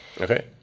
Okay